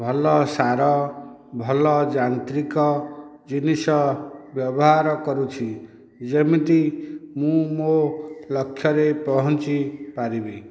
ଭଲ ସାର ଭଲ ଯାନ୍ତ୍ରିକ ଜିନିଷ ବ୍ୟବହାର କରୁଛି ଯେମିତି ମୁଁ ମୋ ଲକ୍ଷ୍ୟରେ ପହଞ୍ଚି ପାରିବି